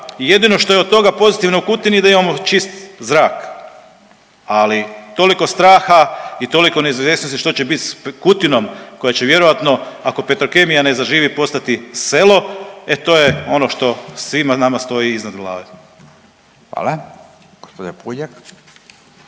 jedino što je od toga pozitivno u Kutini da imamo čist zrak. Ali toliko straha i toliko neizvjesnosti što će biti s Kutinom koja će vjerojatno ako Petrokemija ne zaživi postati selo, e to je ono što svima nama stoji iznad glave.